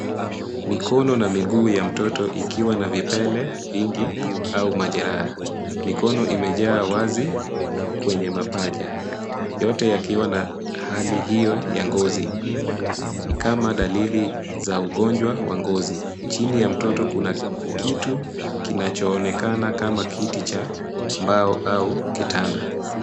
Mikono na miguu ya mtoto ikiwa na viele vingi au majeraha. Mikono imejaa wazi kwenye mapaja, yote yakiwa na hali hiyo ya ngozi. Ni kama dalili za ugonjwa wa ngozi. Chini ya mtoto kuna kitu kinachoonekana kiti cha mbao au kitanda.